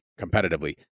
competitively